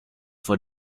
for